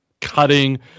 cutting